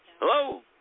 Hello